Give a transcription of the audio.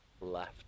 left